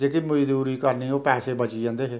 जेह्की मजदूरी करनी ओह् पैसे बची जन्दे हे